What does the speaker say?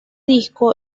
disco